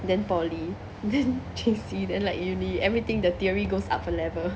then poly then J_C then like uni everything the theory goes up for level